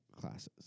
classes